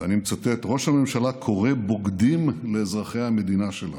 ואני מצטט: "ראש הממשלה קורא 'בוגדים'" לאזרחי המדינה שלנו.